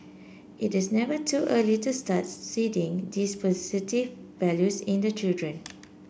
it is never too early to start seeding these positive values in the children